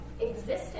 existence